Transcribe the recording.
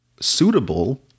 suitable